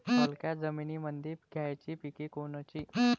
हलक्या जमीनीमंदी घ्यायची पिके कोनची?